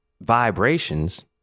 vibrations